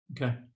okay